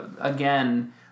again